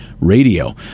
radio